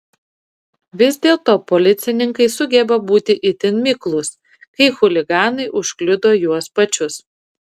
vis dėlto policininkai sugeba būti itin miklūs kai chuliganai užkliudo juos pačius